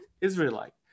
Israelite